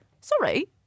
sorry